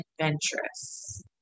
adventurous